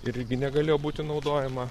ir irgi negalėjo būti naudojama